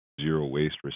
zero-waste